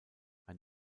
ein